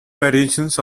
variations